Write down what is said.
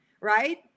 right